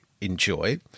enjoy